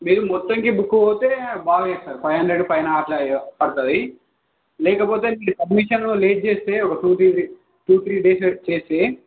మీరు మొత్తంకి బుక్కు పోతే బాాలేదు సార్ ఫైవ్ హండ్రెడ్ పైన అలా పడుతుంది లేకపోతే మీ సబ్మిషన్లో లేట్ చేస్తే ఒక two three two three days wait చేసి